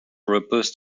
robust